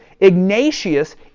Ignatius